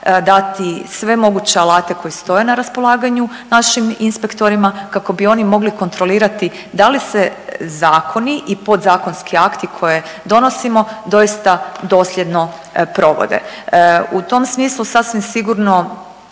dati sve moguće alate koji stoje na raspolaganju našim inspektorima kako bi oni mogli kontrolirati da li se zakoni i podzakonski akti koje donosimo doista dosljedno provode. U tom smislu sasvim sigurno